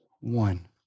one